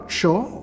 sure